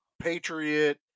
Patriot